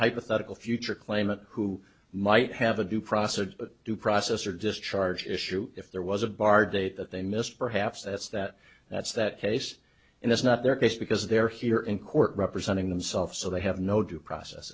hypothetical future claimant who might have a due process or due process or discharge issue if there was a bar date that they missed perhaps that's that that's that case and that's not their case because they're here in court representing themself so they have no due process